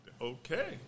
okay